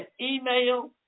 email